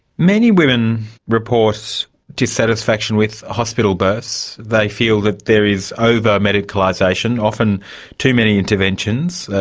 many women report dissatisfaction with hospital births. they feel that there is over-medicalisation, often too many interventions,